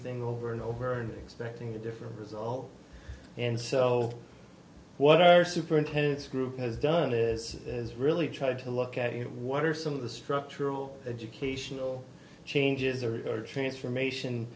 thing over and over and expecting a different result and so what our superintendent's group has done is as really tried to look at what are some of the structural educational changes or are transformation